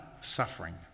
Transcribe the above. suffering